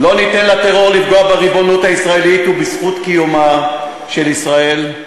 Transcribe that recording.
לא ניתן לטרור לפגוע בריבונות הישראלית ובזכות קיומה של ישראל.